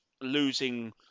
losing